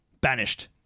Banished